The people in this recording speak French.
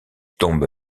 tombe